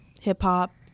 hip-hop